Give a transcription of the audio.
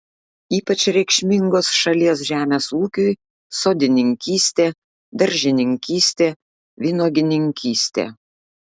ypač reikšmingos šalies žemės ūkiui sodininkystė daržininkystė vynuogininkystė